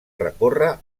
recórrer